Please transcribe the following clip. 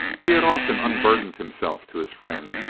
he had often unburdened himself to his friend,